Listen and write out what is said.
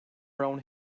brown